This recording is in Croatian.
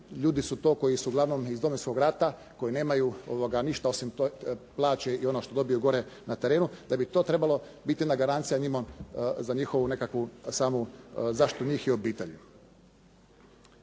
ljudi su to koji su uglavnom iz Domovinskog rata, koji nemaju ništa osim plaće i ono što dobiju gore na terenu, da bi to trebalo biti jedna garancija njima za njihovu nekakvu samu zaštitu njih i obitelji.